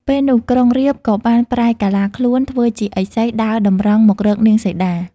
ពេលនោះក្រុងរាពណ៍ក៏បានប្រែកាឡាខ្លួនធ្វើជាឥសីដើរតម្រង់មករកនាងសីតា។